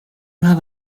have